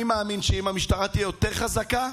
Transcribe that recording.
אני מאמין שאם המשטרה תהיה יותר חזקה,